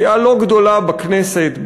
סיעה לא גדולה בכנסת,